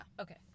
Okay